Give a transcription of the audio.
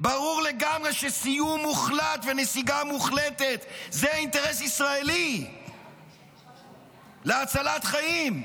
ברור לגמרי שסיום מוחלט ונסיגה מוחלטת הם אינטרס ישראלי להצלת חיים,